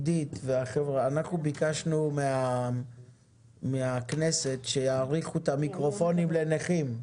אנחנו ביקשנו מהכנסת שיאריכו את המיקרופונים לטובת נכים.